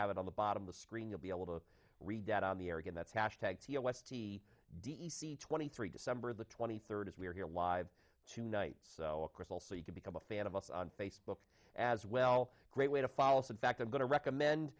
have it on the bottom of the screen you'll be able to read that on the air again that's hash tags us t d e c twenty three december the twenty third as we are here live tonight so of course also you can become a fan of us on facebook as well great way to follow so in fact i'm going to recommend